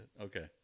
Okay